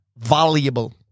valuable